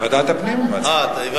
ועדת הפנים אני מציע.